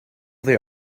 they